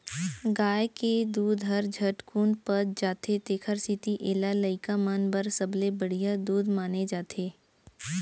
गाय के दूद हर झटकुन पच जाथे तेकर सेती एला लइका मन बर सबले बड़िहा दूद माने जाथे